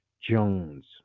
Jones